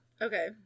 okay